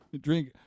drink